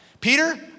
Peter